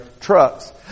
trucks